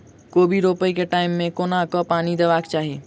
कोबी रोपय केँ टायम मे कोना कऽ पानि देबाक चही?